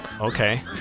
okay